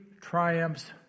triumphs